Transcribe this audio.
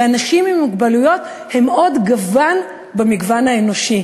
ואנשים עם מוגבלויות הם עוד גוון במגוון האנושי.